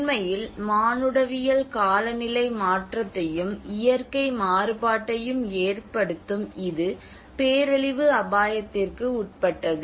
உண்மையில் மானுடவியல் காலநிலை மாற்றத்தையும் இயற்கை மாறுபாட்டையும் ஏற்படுத்தும் இது பேரழிவு அபாயத்திற்கு உட்பட்டது